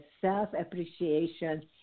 self-appreciation